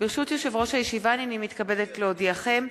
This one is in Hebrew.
ברשות יושב-ראש הישיבה, הנני מתכבדת להודיעכם,